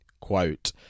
quote